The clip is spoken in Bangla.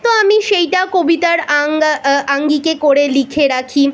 তো আমি সেটা কবিতার আঙ্গিকে করে লিখে রাখি